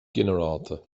ginearálta